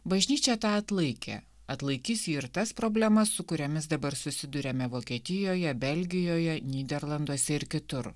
bažnyčia tą atlaikė atlaikys ir tas problemas su kuriomis dabar susiduriame vokietijoje belgijoje nyderlanduose ir kitur